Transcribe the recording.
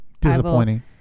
Disappointing